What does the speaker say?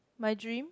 my dream